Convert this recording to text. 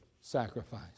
sacrifice